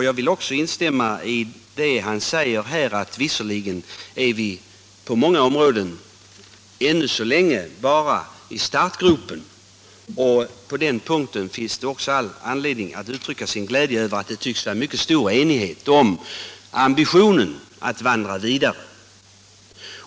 Jag vill också instämma i vad han säger om att vi på många områden ännu så länge bara är i startgropen, men det finns all anledning att uttrycka sin glädje över ambitionen på alla håll att vandra vidare.